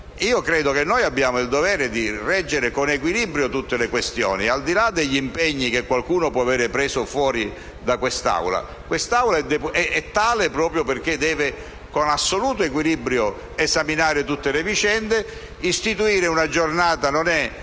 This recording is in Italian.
Credo che abbiamo il dovere di reggere con equilibrio tutte le questioni, al di là degli impegni che qualcuno può avere preso al di fuori di questa Aula. L'Assemblea è tale perché deve, con assoluto equilibrio, esaminare tutte le vicende. Istituire una giornata non è